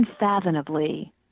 unfathomably